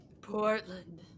Portland